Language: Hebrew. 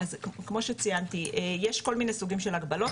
אז כמו שציינתי, יש כל מיני סוגים של הגבלות.